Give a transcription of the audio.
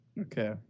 Okay